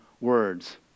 words